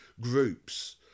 groups